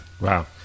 Wow